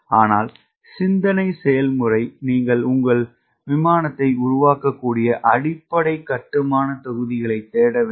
ஆனால் சிந்தனை செயல்முறை நீங்கள் உங்கள் விமானத்தை உருவாக்கக்கூடிய அடிப்படை கட்டுமானத் தொகுதிகளைத் தேட வேண்டும்